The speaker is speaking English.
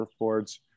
surfboards